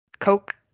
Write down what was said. Coke